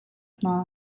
hna